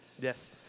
yes